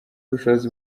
ubushobozi